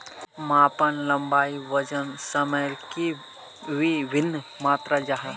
मापन लंबाई वजन सयमेर की वि भिन्न मात्र जाहा?